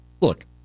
look